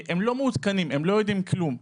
הם לא מעודכנים, לא יודעים כלום.